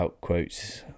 quotes